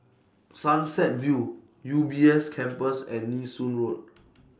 Sunset View U B S Campus and Nee Soon Road